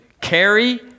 carry